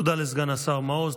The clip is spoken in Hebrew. תודה לסגן השר מעוז.